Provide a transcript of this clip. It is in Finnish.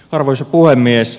arvoisa puhemies